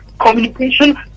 communication